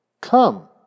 Come